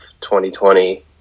2020